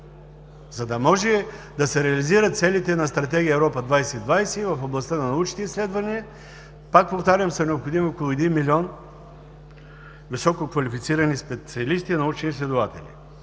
За да може да се реализират целите на Стратегия „Европа 2020“ в областта на научните изследвания, пак повтарям, са необходими около 1 милион висококвалифицирани специалисти и научни изследователи.